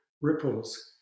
ripples